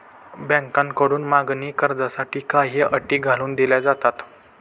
बँकांकडून मागणी कर्जासाठी काही अटी घालून दिल्या जातात